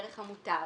דרך המוטב,